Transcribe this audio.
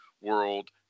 World